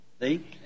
See